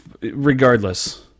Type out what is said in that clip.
regardless